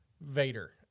Vader